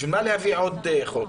בשביל מה להביא עוד חוק?